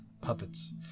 puppets